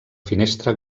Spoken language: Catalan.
finestra